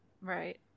right